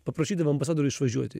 paprašydama ambasadorių išvažiuoti